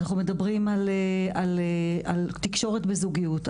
אנחנו מדברים על תקשורת בזוגיות,